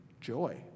joy